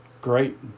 great